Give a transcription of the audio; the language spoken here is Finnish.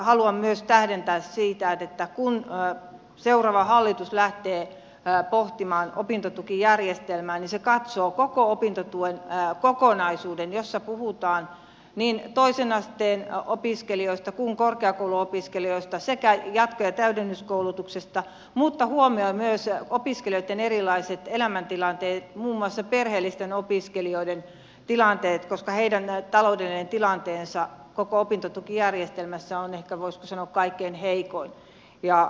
haluan myös tähdentää sitä että kun seuraava hallitus lähtee pohtimaan opintotukijärjestelmää niin se katsoo koko opintotuen kokonaisuuden jossa puhutaan niin toisen asteen opiskelijoista kuin myös korkeakouluopiskelijoista sekä jatko ja täydennyskoulutuksesta mutta huomioi myös opiskelijoitten erilaiset elämäntilanteet muun muassa perheellisten opiskelijoiden tilanteet koska heidän taloudellinen tilanteensa koko opintotukijärjestelmässä on ehkä voisiko sanoa kaikkein heikoin